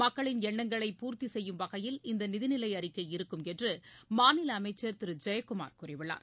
மக்களின் எண்ணங்களை பூர்த்தி செய்யும் வகையில் இந்த நிதிநிலை அறிக்கை இருக்கும் என்று மாநில அமைச்சர் திரு ஜெயக்குமார் கூறியுள்ளார்